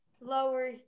Lower